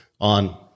on